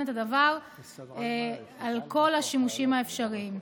את הדבר על כל השימושים האפשריים.